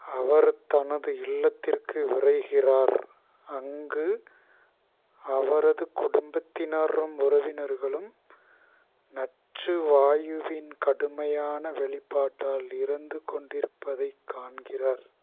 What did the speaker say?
அவர் தனது இல்லத்திற்கு விரைகிறார் அங்கு அவரது குடும்பத்தினரும் உறவினர்களும் நச்சு வாயுவின் கடுமையான வெளிப்பாட்டால் இறந்து கொண்டிருப்பதை காண்கிறார்